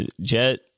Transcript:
Jet